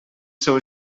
seu